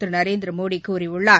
திரு நரேந்திர மோடி கூறியுள்ளார்